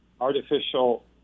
artificial –